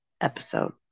episode